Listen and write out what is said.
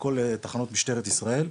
בכל תחנות משטרת ישראל,